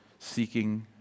seeking